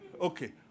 Okay